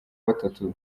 batatu